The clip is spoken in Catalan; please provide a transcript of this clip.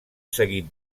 seguit